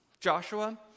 Joshua